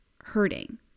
hurting